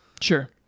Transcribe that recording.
Sure